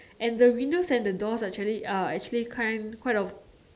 and the windows and the doors are actually uh actually kind quite of